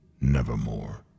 nevermore